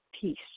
peace